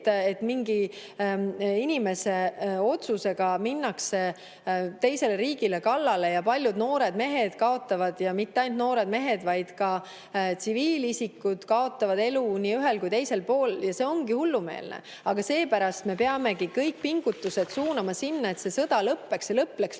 et mingi inimese otsusega minnakse teisele riigile kallale ja paljud noored mehed kaotavad ja mitte ainult noored mehed, vaid ka tsiviilisikud kaotavad elu nii ühel kui teisel pool. Ja see ongi hullumeelne. Aga seepärast me peamegi kõik pingutused suunama sinna, et see sõda lõppeks ja lõppeks lõplikult,